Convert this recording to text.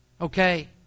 Okay